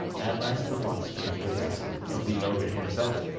at last the fox came to the castle of the ogre himself.